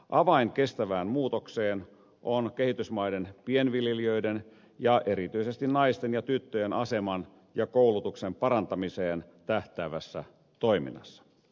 avain kestävään muutokseen on kehitysmaiden pienviljelijöiden ja erityisesti naisten ja tyttöjen aseman ja koulutuksen parantamiseen tähtäävässä toiminnassa